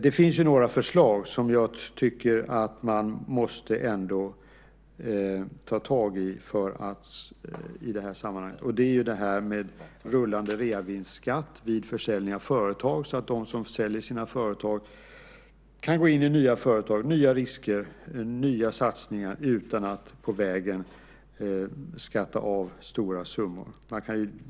Det finns några förslag som jag tycker att man i det här sammanhanget måste ta tag i. Det är rullande reavinstskatt vid försäljning av företag så att de som säljer sina företag kan gå in i nya företag, nya risker, nya satsningar utan att på vägen skatta av stora summor.